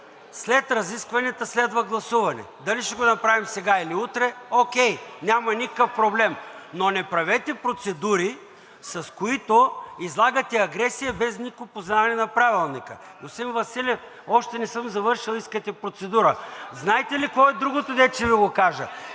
След разискванията следва гласуване – дали ще го направим сега или утре, окей, няма никакъв проблем, но не правете процедури, с които излагате агресия без никакво познаване на Правилника. Господин Василев, още не съм завършил, искате процедура. Знаете ли кое е другото, което ще Ви кажа,